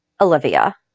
Olivia